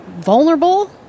vulnerable